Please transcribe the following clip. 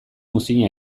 muzin